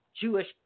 Jewish